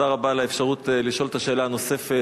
תודה רבה על האפשרות לשאול את השאלה הנוספת.